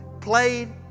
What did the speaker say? played